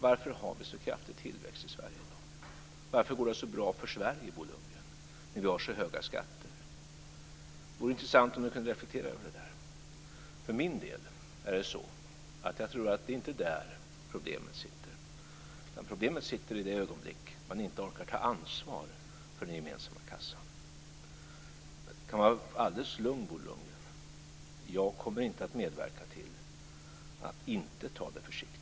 Varför har vi så kraftig tillväxt i Sverige i dag? Varför går det så bra för Sverige, Bo Lundgren, när vi har så höga skatter? Det vore intressant om Bo Lundgren kunde reflektera över detta. För min del är det så att jag inte tror att det är där som problemet sitter, utan problemet uppstår i det ögonblick som man inte orkar ta ansvar för den gemensamma kassan. Bo Lundgren kan vara alldeles lugn. Jag kommer inte att medverka till att man inte tar det försiktigt.